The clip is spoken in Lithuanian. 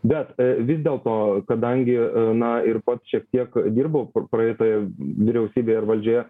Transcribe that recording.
bet vis dėl to kadangi na ir pats šiek tiek dirbau kur praeitoj vyriausybėj ar valdžioje